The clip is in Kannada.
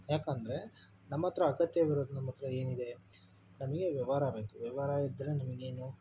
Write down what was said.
ಯಾಕೆಂದ್ರೆ ನಮ್ಮ ಹತ್ರ ಅಗತ್ಯವಿರೋದು ನಮ್ಮ ಹತ್ರ ಏನಿದೆ ನಮಗೆ ವ್ಯವಹಾರ ಬೇಕು ವ್ಯವಹಾರ ಇದ್ದರೆ ನಮಗೇನು